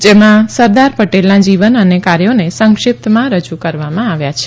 જેમાં સરદાર પટેલનાં જીવન અને કાર્યોને સંક્ષિપ્તમાં રજૂ કરવામાં આવ્યા છે